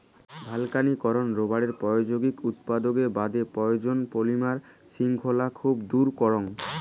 ভালকানীকরন রবারের প্রায়োগিক উপযোগের বাদে প্রয়োজন, পলিমার শৃঙ্খলগিলা খুব দৃঢ় করাং